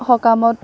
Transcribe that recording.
সকামত